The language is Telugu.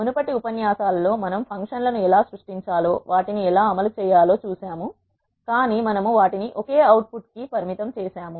మునుపటి ఉపన్యాసాలలో మనము ఫంక్షన్ లను ఎలా సృష్టించాలో వాటిని ఎలా అమలు చేయాలో చూశాము కానీ మనము వాటిని ఒకే అవుట్పుట్ కి పరిమితం చేశారు